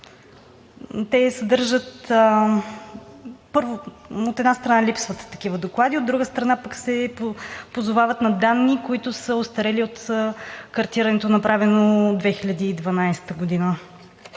Вие цитирахте, от една страна, липсват такива доклади, от друга страна, се позовават на данни, които са остарели от картирането, направено през 2012 г.